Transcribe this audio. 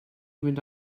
fynd